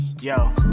Yo